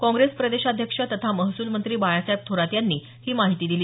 काँग्रेस प्रदेशाध्यक्ष तथा महसूलमंत्री बाळासाहेब थोरात यांनी ही माहिती दिली